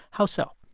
how so?